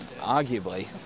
arguably